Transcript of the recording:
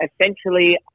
Essentially